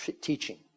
teaching